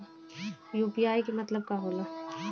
UPI के मतलब का होला?